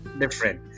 different